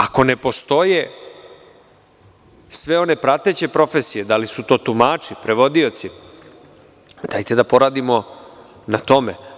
Ako ne postoje sve one prateće profesije, da li su to tumači, prevodioci, dajte da poradimo na tome.